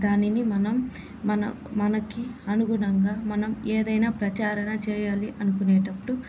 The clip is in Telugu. దానిని మనం మనకి అనుగుణంగా మనం ఏదైనా ప్రచారణ చేయాలి అనుకునేటప్పుడు